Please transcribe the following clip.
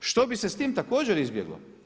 Što bi se sa tim također izbjeglo?